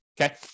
Okay